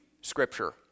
scripture